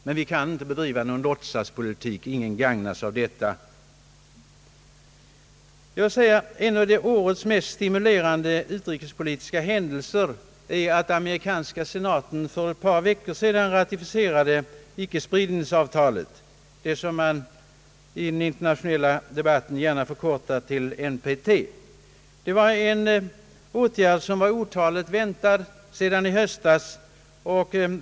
Men vi skall inte bedriva låtsaspolitik, ingen gagnas av det. En av årets mest stimulerande utrikespolitiska händelser är att amerikanska senaten för ett par veckor sedan ratificerade icke-spridningsavtalet, som man i den internationella debatten gärna förkortar till NPT. åtgärden var otåligt väntad ända sedan i höstas.